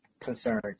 concerned